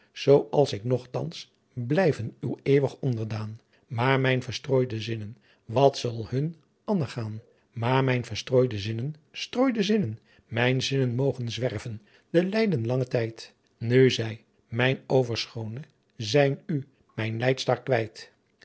zal ik nochtans blijven uw eeuwigh onderdaan maar mijn verstrooide zinnen wat zal hun annegaan maar mijn verstrooide zinnen strooide zinnen mijn zinnen mogen zwerven den leiden langen tijdt nu zij mijn overschoone zijn u mijn leidstar quijt